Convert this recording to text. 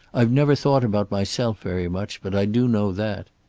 i've never thought about myself very much, but i do know that.